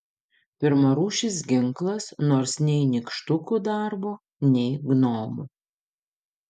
pirmarūšis ginklas nors nei nykštukų darbo nei gnomų